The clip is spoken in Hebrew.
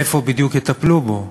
איפה בדיוק יטפלו בו?